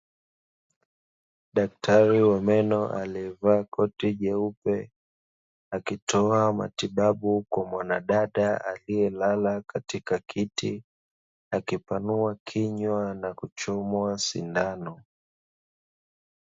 Daktari wa meno alievaa koti jeupe akitoa matibabu kwa mwanadada aliye lala katika kiti akipanua kinywa na kuchomwa sindano.